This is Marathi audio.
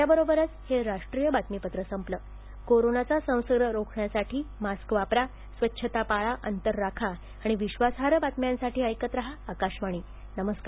याबरोबरच हे राष्ट्रीय बातमीपत्र संपलं कोरोनाचा संसर्ग रोखण्यासाठी मास्क वापरा स्वच्छता पाळा अंतर राखा आणि विश्वासार्ह बातम्यांसाठी ऐकत रहा आकाशवाणी नमस्कार